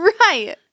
Right